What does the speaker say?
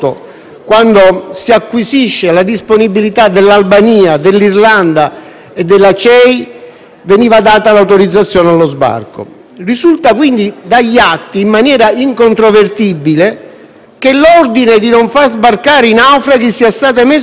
veniva data l'autorizzazione allo sbarco. Risulta quindi dagli atti in maniera incontrovertibile che l'ordine di non far sbarcare i naufraghi sia stato emesso per esercitare una pressione nei confronti degli altri Stati dell'Unione europea.